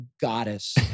goddess